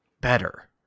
better